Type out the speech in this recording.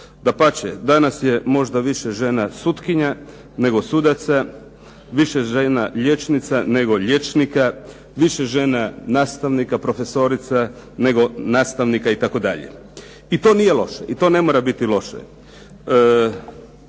Dapače danas je možda više žena sutkinja nego sudaca, više žena liječnica nego liječnika, više žena nastavnika, profesorica, nego nastavnika itd. I to nije loše, i to ne mora biti loše.